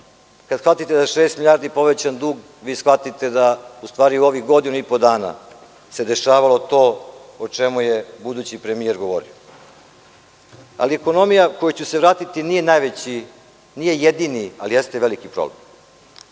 Kada shvatite da je 60 milijardi povećan dug, shvatite da u ovih godinu i po dana se dešavalo to o čemu je budući premijer govorio. Ekonomija kojoj ću se vratiti nije najveći, nije jedini, ali jeste veliki problem.